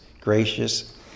gracious